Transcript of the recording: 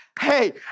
hey